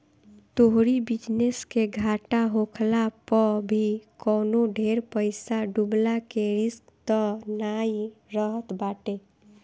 तोहरी बिजनेस के घाटा होखला पअ भी कवनो ढेर पईसा डूबला के रिस्क तअ नाइ रहत बाटे